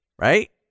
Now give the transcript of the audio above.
right